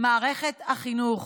מערכת החינוך